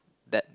that